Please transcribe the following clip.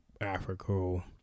africa